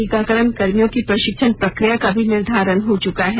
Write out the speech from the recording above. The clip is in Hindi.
टीकाकरण कर्मियों की प्रशिक्षण प्रक्रिया का भी निर्धारण हो चुका है